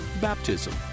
baptism